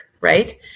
right